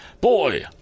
Boy